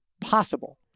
possible